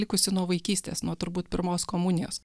likusi nuo vaikystės nuo turbūt pirmos komunijos